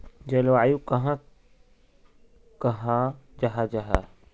जलवायु कहाक कहाँ जाहा जाहा?